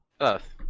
Earth